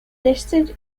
listed